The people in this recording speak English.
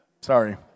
Sorry